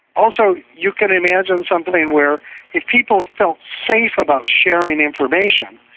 also you can imagine something where if people felt safe about sharing information,